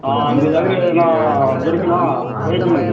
మీ దగ్గర ఏదైనా దొరకునా వైద్యం